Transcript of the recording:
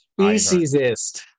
Speciesist